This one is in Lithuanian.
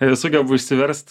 ir sugebu išsiverst